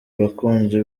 abakunzi